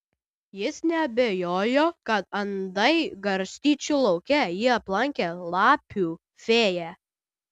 jis neabejojo kad andai garstyčių lauke jį aplankė lapių fėja